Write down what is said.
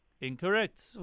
incorrect